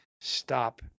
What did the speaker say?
stop